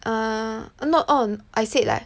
err not on I said like